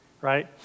right